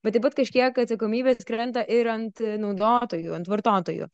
bet taip pat kažkiek atsakomybės krenta ir ant naudotojų ant vartotojų